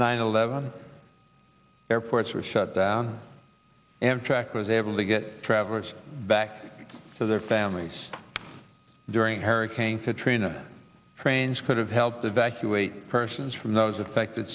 nine eleven airports were shut down and track was able to get travelers back to their families during hurricane katrina range could have helped evacuate persons from those affected